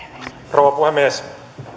rouva puhemies